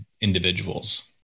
individuals